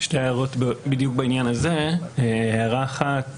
שתי הערות בדיוק בעניין הזה: הערה אחת